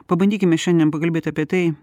pabandykime šiandien pakalbėt apie tai